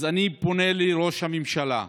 אז אני פונה לראש הממשלה: